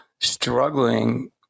struggling